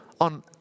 On